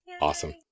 Awesome